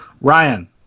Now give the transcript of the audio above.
Ryan